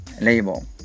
label